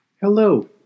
Hello